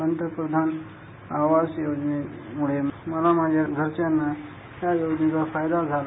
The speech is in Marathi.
पंतप्रधान आवास योजने मुळे मला माझ्या घरच्यांना या योजनांचा फायदा झाला